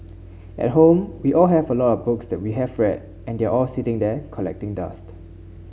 at home we all have a lot books that we have read and they are all sitting there collecting dust